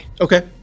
Okay